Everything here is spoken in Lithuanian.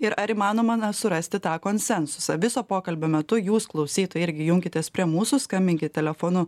ir ar įmanoma na surasti tą konsensusą viso pokalbio metu jūs klausytojai irgi junkitės prie mūsų skambinkit telefonu